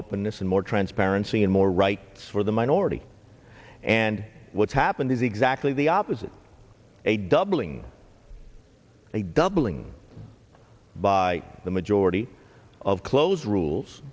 openness and more transparency and more right for the minority and what's happened is exactly the opposite a doubling a doubling by the majority of close rules